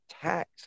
tax